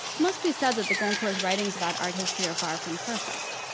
must be said that the goncourts' writings about art history are far from perfect.